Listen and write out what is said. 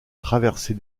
traversée